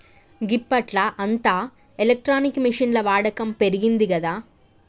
గిప్పట్ల అంతా ఎలక్ట్రానిక్ మిషిన్ల వాడకం పెరిగిందిగదా